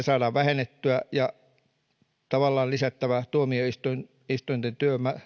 saadaan vähennettyä ja tavallaan lisäämällä tuomioistuinten